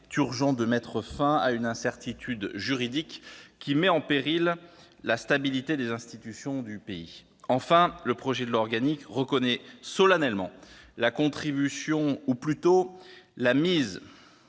urgent demettre fin à une incertitude juridique qui met en péril lastabilité des institutions du pays. Enfin, le projet de loi organique reconnaît solennellement la contribution, ou plutôt la mise